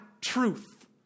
truth